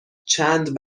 چند